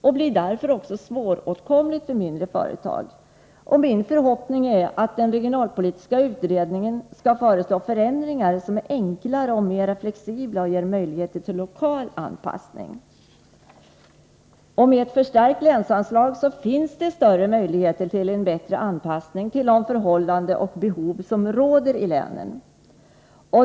Det blir därför också svåråtkomligt för mindre företag. Min förhoppning är att den regionalpolitiska utredningen skall föreslå förändringar som ger enklare och mer flexibla regler med möjligheter till lokal anpassning. Med ett förstärkt länsanslag finns det större möjligheter till en bättre anpassning till de förhållanden och behov som råder i länen.